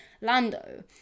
lando